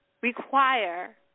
require